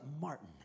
Martin